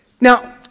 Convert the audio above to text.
Now